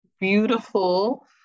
beautiful